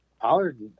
Pollard